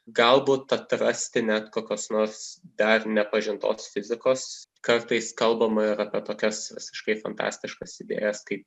galbūt atrasti net kokios nors dar nepažintos fizikos kartais kalbama ir apie tokias visiškai fantastiškas idėjas kaip